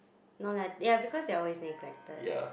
no lah ya because they are always neglected